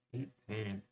Eighteen